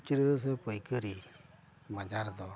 ᱠᱷᱩᱪᱨᱟᱹ ᱥᱮ ᱯᱟᱭᱠᱟᱹᱨᱤ ᱵᱟᱡᱟᱨ ᱫᱚ